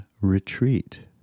retreat